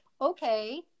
Okay